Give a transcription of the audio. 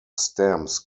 stamps